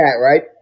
right